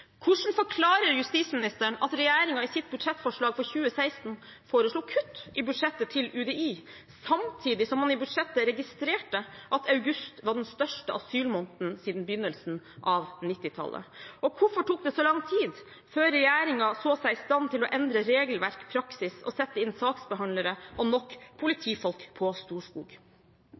Hvordan forklarer justisministeren at regjeringen i sitt budsjettforslag for 2016 foreslo kutt i budsjettet til UDI, samtidig som man i budsjettet registrerte at august var den største asylmåneden siden begynnelsen av 1990-tallet? Og hvorfor tok det så lang tid før regjeringen så seg i stand til å endre regelverk og praksis og sette inn saksbehandlere og nok